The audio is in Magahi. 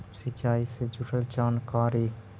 सिंचाई से जुड़ल जानकारी?